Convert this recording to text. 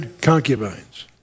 concubines